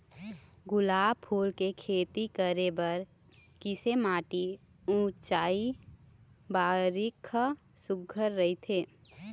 गुलाब फूल के खेती करे बर किसे माटी ऊंचाई बारिखा सुघ्घर राइथे?